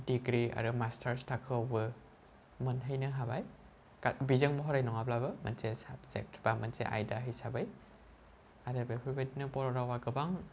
degree आरो masters थाखोआवबो मोनहैनो हाबाय बिजों महरै नङाब्लाबो मोनसे साबजेक्ट बा मोनसे आयदा हिसाबै आरो बेफोर बायदिनो बर' रावा गोबां